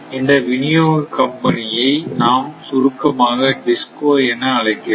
இந்த விநியோக கம்பெனியை நாம் சுருக்கமாக DISCO என அழைக்கிறோம்